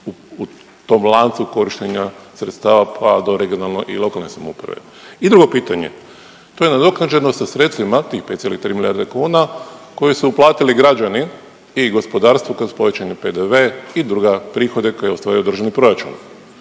u tom lancu korištenja sredstava, pa do regionalne i lokalne samouprave. I drugo pitanje. To je nadoknađeno sa sredstvima, tih 5,3 milijarde kuna koje su uplatili građani i gospodarstvo kroz povećani PDV i druge prihode koje je ostvario državni proračun.